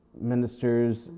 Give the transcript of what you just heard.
ministers